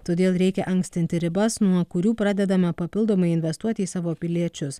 todėl reikia ankstinti ribas nuo kurių pradedama papildomai investuoti į savo piliečius